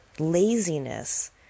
Laziness